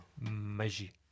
magie